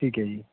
ਠੀਕ ਹੈ ਜੀ